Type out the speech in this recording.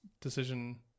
decision